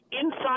inside